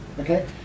Okay